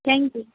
thank you